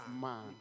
man